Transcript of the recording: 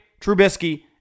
Trubisky